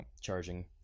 charging